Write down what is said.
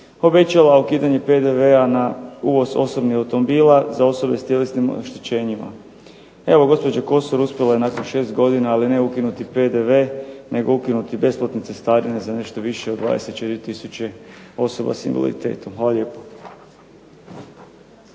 obećala ukidanje PDV-a na uvoz osobnih automobila za osobe s tjelesnim oštećenjima. Evo gospođa Kosor uspjela je nakon šest godina, ali ne ukinuti PDV nego ukinuti besplatne cestarine za nešto više od 24 tisuće osoba s invaliditetom. Hvala lijepo.